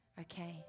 Okay